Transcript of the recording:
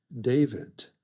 David